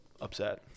upset